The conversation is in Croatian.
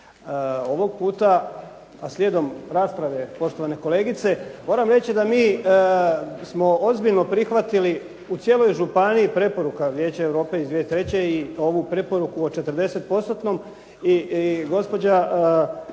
Ovog puta a slijedom rasprave poštovane kolegice moram reći da mi smo ozbiljno prihvatili u cijeloj županiji preporuka Vijeća Europe iz 2003. i ovu preporuku o 40%-tnom i gospođa